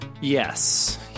yes